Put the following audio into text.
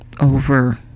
over